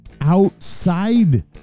outside